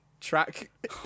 track